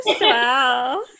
Wow